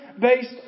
based